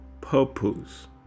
purpose